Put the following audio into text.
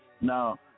Now